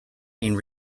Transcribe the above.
and